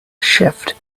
shift